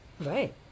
Right